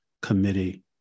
committee